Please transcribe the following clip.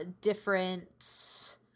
different